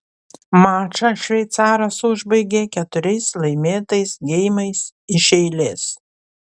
mačą šveicaras užbaigė keturiais laimėtais geimais iš eilės